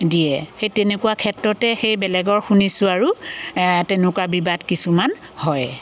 দিয়ে সেই তেনেকুৱা ক্ষেত্ৰতে সেই বেলেগৰ শুনিছোঁ আৰু তেনেকুৱা বিবাদ কিছুমান হয়